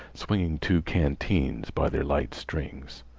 swinging two canteens by their light strings.